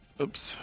Oops